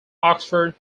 oxford